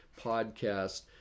podcast